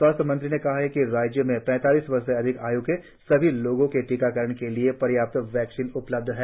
स्वास्थ्य मंत्री ने कहा कि राज्य में पैतालीस वर्ष से अधिक आय् के सभी लोगों के टीकाकरण के लिए पर्याप्त कोविड वैक्सीन है